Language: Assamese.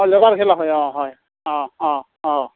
অঁ লটাৰ খেলা হয় অঁ হয় অঁ অঁ অঁ